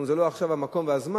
עכשיו זה לא המקום והזמן,